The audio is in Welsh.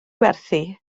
werthu